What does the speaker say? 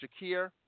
Shakir